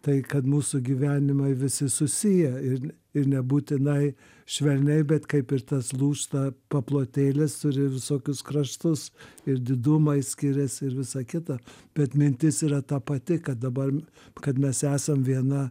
tai kad mūsų gyvenimai visi susiję ir ir nebūtinai švelniai bet kaip ir tas lūžta paplotėlis turi visokius kraštus ir didumai skiriasi ir visa kita bet mintis yra ta pati kad dabar kad mes esam viena